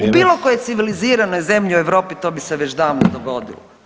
U bilo kojoj civiliziranoj zemlji u Europi to bi se već davno dogodilo.